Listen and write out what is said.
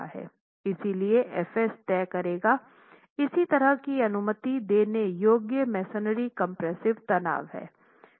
इसलिए Fs तय करेगा इसी तरह की अनुमति देने योग्य मेसनरी कम्प्रेस्सिव तनाव है